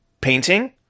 painting